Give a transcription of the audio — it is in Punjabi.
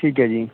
ਠੀਕ ਹੈ ਜੀ